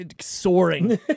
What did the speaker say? soaring